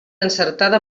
encertada